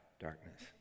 darkness